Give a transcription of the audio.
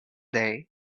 day